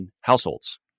households